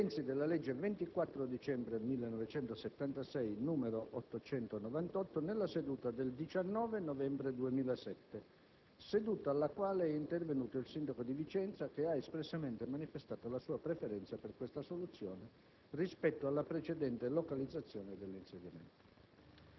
ai sensi della legge 24 dicembre 1976, n. 898, nella seduta del 19 novembre 2007, alla quale è intervenuto il sindaco di Vicenza, che ha espressamente manifestato la sua preferenza per questa soluzione, rispetto alla precedente localizzazione dell'insediamento.